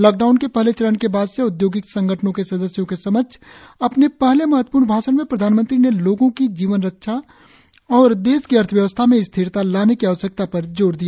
lockdown के पहले चरण के बाद से औदयोगिक संगठनों के सदस्यों के समक्ष अपने पहले महत्वपूर्ण भाषण में प्रधानमंत्री ने लोगों की जीवन रक्षा और देश की अर्थव्यवस्था में स्थिरता लाने की आवश्यकता पर जोर दिया